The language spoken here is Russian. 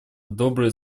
добрые